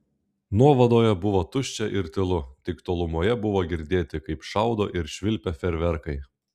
nuovadoje buvo tuščia ir tylu tik tolumoje buvo girdėti kaip šaudo ir švilpia fejerverkai